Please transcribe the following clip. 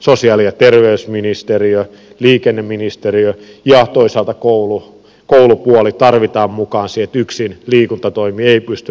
sosiaali ja terveysministeriö liikenneministeriö ja toisaalta koulupuoli tarvitaan mukaan siihen että yksin liikuntatoimi ei pysty ratkaisemaan